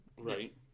Right